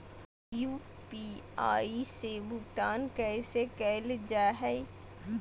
UPI से भुगतान कैसे कैल जहै?